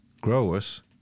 growers